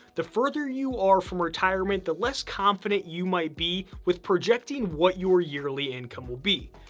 the further you are from retirement, the less confident you might be with projecting what your yearly income will be.